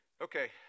Okay